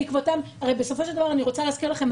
אני רוצה להזכיר לכם,